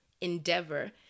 endeavor